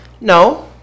No